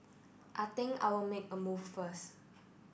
I think I will make a move first